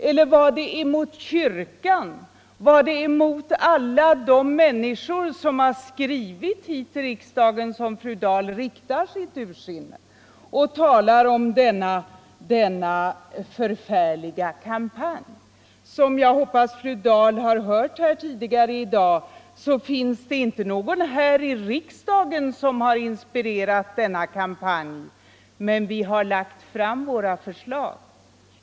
Eller mot kyrkan eller mot alla de människor som skrivit till riksdagen? Är det mot dem fru Dahl riktar sitt ursinne när hon talar om denna förfärliga kampanj? Som jag hoppas att fru Dahl hörde här tidigare i dag finns det inte någon här i riksdagen som inspirerat kampanjen. Däremot har vi lagt fram våra förslag.